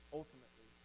ultimately